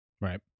Right